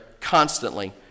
constantly